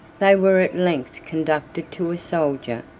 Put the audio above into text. they were at length conducted to a soldier,